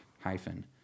hyphen